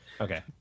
Okay